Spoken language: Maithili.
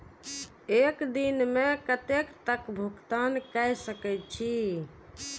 एक दिन में कतेक तक भुगतान कै सके छी